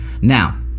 Now